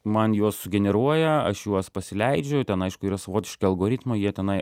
man juos sugeneruoja aš juos pasileidžiu ten aišku yra savotiški algoritmai jie tenai